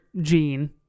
gene